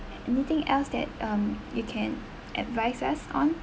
anything else that um you can advice us on